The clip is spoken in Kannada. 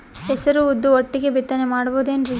ಹೆಸರು ಉದ್ದು ಒಟ್ಟಿಗೆ ಬಿತ್ತನೆ ಮಾಡಬೋದೇನ್ರಿ?